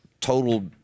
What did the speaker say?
total